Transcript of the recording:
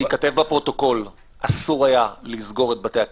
שייכתב בפרוטוקול: אסור היה לסגור את בתי הכנסת.